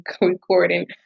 recording